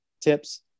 tips